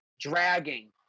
dragging